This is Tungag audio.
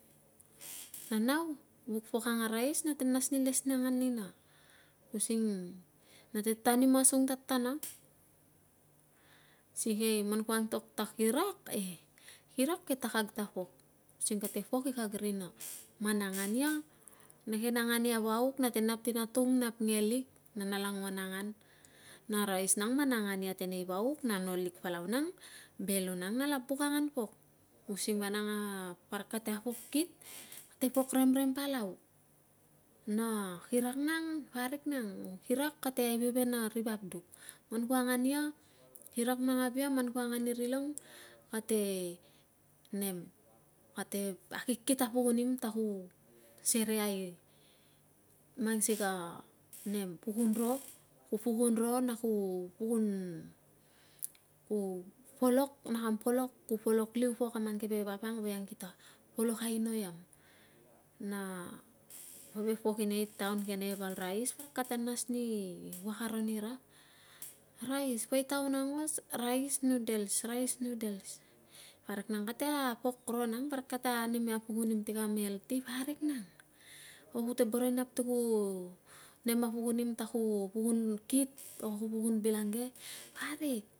Na nau vuk pok ang a rais nate nas ni les nina using nate tao ni masung tatana sikei manku antok ta kirak kirak ke takagta pok sing kate pok ikag rina man na angann ia neke na angan vauk nate nap tina tung nap lenei ngelik na nala nguan angan na rais nang man na angan ia tenei i vauk nan ol lik palau nang belonong nala bukangan pok using vanang a parik kata fok kit kate pok remrem palau na kinak nang parik nang kirak tate aiveven a ri vap duk men ku angan ia kirak mana ngavia man ku angan irilong kate nem kate akikit a pukunim ta ku sereai man sika nem pukunro ku pukun ro na ku pukun ku polok na kam polok polok liu pok a mang keve vapang voiang kita polok ainoiam na keve pok inei taon ke neke val rais kate nas ni vuak aro nina rais poi taun aingos rais nudals rais nudals parik nang kate pok ro nang parik kate nem a pukunim ti am eity or kule boro inap ti ku nem a pukunin ta ku pukun kit or ku pukun bilang ge parik